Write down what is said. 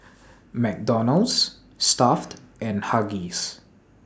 McDonald's Stuff'd and Huggies